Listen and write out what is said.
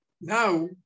Now